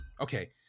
okay